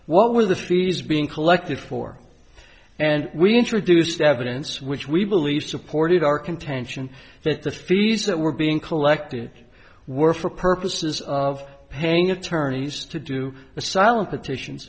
what were the fees being collected for and we introduced evidence which we believe supported our contention that the fees that were being collected were for purposes of paying attorneys to do asylum petitions